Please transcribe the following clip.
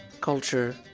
Culture